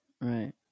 right